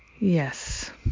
Yes